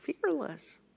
fearless